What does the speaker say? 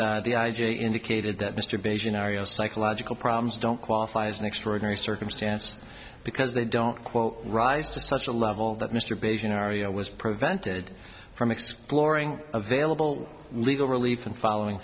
await the i g indicated that mr beijing ario psychological problems don't qualify as an extraordinary circumstance because they don't quote rise to such a level that mr beijing area was prevented from exploring available legal relief and following